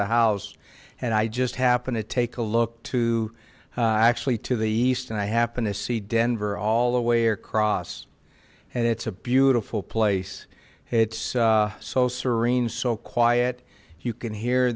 the house and i just happen to take a look to actually to the east and i happen to see denver all the way across and it's a beautiful place it's so serene so quiet you can hear